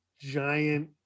giant